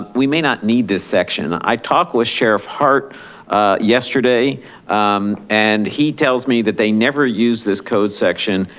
um we may not need this section. i talked with sheriff hart yesterday and he tells me that they never use this code section.